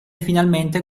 finalmente